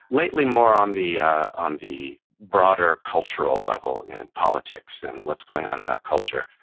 lately more on the on the broader cultural level in politics and what's going on in our culture.